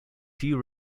few